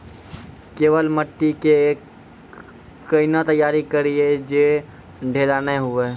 केवाल माटी के कैना तैयारी करिए जे ढेला नैय हुए?